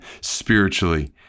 spiritually